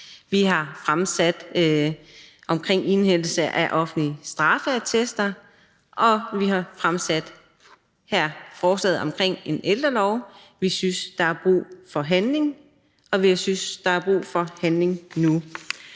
Vi har fremsat forslag om indhentelse af offentlige straffeattester, og vi har her fremsat forslaget om en ældrelov. Vi synes, der er brug for handling, og vi synes, der er brug for handling nu.